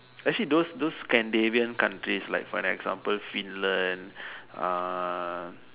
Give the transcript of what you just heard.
actually those those Scandinavian countries like for example Finland ah